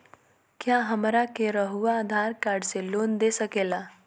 क्या हमरा के रहुआ आधार कार्ड से लोन दे सकेला?